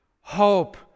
hope